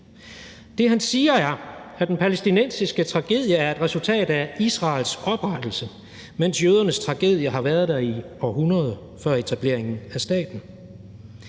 Det, han siger, er, at den palæstinensiske tragedie er et resultat af Israels oprettelse, mens jødernes tragedie har været der i århundreder før etableringen af staten.